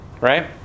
Right